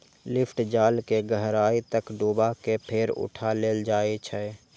lift जाल कें गहराइ तक डुबा कें फेर उठा लेल जाइ छै